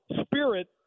spirit